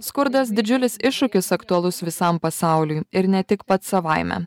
skurdas didžiulis iššūkis aktualus visam pasauliui ir ne tik pats savaime